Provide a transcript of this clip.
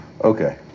Okay